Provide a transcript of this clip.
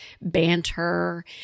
banter